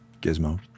gizmo